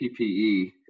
PPE